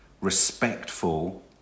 respectful